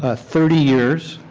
ah thirty years